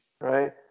Right